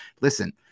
listen